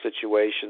situation